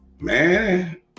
Man